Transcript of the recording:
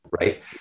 right